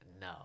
no